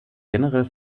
generell